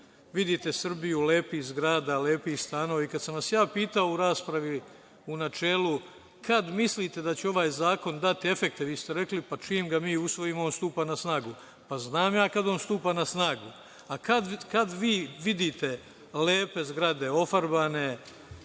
vidite Srbiju lepih zgrada, lepih stanova i kada sam vas ja pitao u raspravi u načelu kada mislite da će ovaj zakon dati efekte, vi ste rekli – pa čim ga mi usvojimo, on stupa na snagu. Znam ja kad on stupa na snagu, ali kada vi vidite lepe zgrade, ofarbane